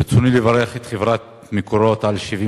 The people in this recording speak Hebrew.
ברצוני לברך את חברת "מקורות" על ציון